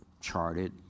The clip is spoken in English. charted